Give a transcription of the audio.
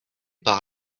par